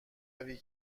روی